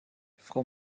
frau